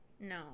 No